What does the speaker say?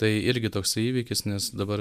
tai irgi toksai įvykis nes dabar